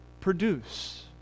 Produce